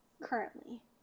Currently